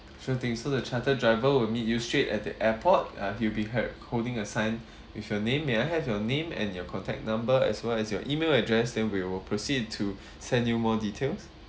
sure things so the charter driver will meet you straight at the airport uh he'll be had holding a sign with your name may I have your name and your contact number as well as your email address then we will proceed to send you more details